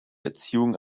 erziehung